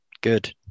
good